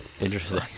interesting